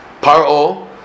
Paro